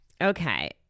Okay